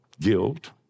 guilt